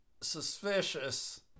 suspicious